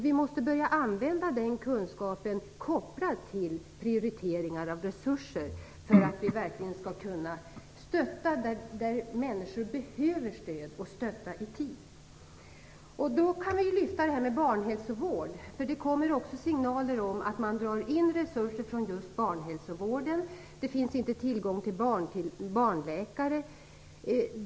Vi måste börja använda den kunskapen, kopplad till prioriteringar av resurser, för att vi verkligen skall kunna stödja där människor behöver stöd och göra det i tid. Vi kan lyfta fram detta med barnhälsovård. Det kommer signaler om att man drar in resurser från just barnhälsovården. Det finns inte tillgång till barnläkare.